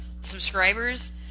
subscribers